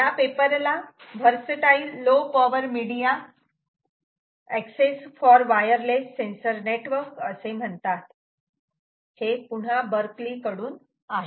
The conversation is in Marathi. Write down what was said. या पेपरला versatile low power media access for wireless sensor network असे म्हणतात हे पुन्हा बर्कली कडून आहे